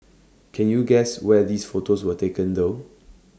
can you guess where these photos were taken though